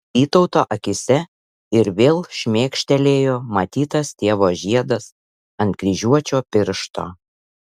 vytauto akyse ir vėl šmėkštelėjo matytas tėvo žiedas ant kryžiuočio piršto